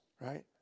right